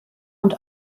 und